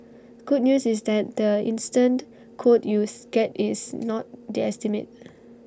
good news is that the instant quote you get is not the estimate